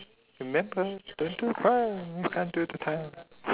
remember don't do crime from time due to time